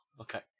Okay